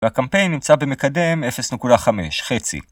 ‫והקמפיין נמצא במקדם 0.5 חצי